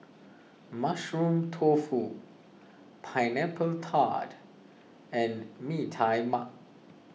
Mushroom Tofu Pineapple Tart and Mee Tai Mak